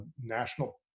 national